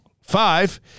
five